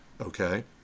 Okay